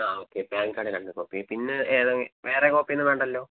ആ okay PAN card രണ്ട് copy പിന്നെ ഏത് വേറെ കോപ്പിയൊന്നും വേണ്ടല്ലൊ